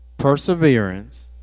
perseverance